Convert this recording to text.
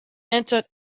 entered